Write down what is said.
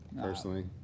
personally